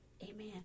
Amen